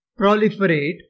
proliferate